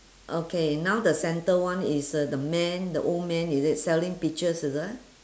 okay now the center one is a the man the old man is it selling peaches is it